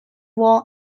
war